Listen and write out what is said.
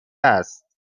است